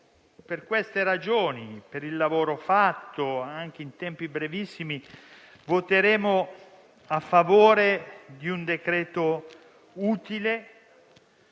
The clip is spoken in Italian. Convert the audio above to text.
Per queste ragioni e per il lavoro fatto in tempi brevissimi, voteremo a favore di un provvedimento utile,